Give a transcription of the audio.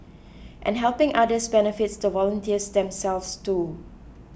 and helping others benefits the volunteers themselves too